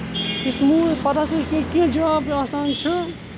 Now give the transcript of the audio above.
یُس پَتہٕ حظ کیٚنٛہہ جاب آسان چھُ